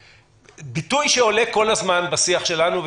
ביטוי שעולה כל הזמן בשיח שלנו,